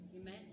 Amen